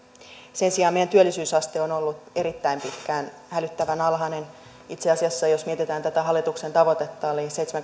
sen sijaan meidän työllisyysasteemme on ollut erittäin pitkään hälyttävän alhainen itse asiassa jos mietitään tätä hallituksen tavoitetta